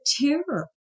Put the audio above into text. terror